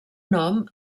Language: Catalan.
nom